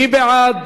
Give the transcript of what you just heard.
מי בעד?